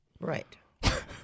Right